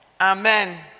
Amen